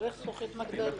אני מטפלת